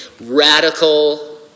radical